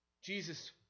Jesus